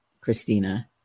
Christina